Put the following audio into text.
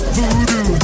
Voodoo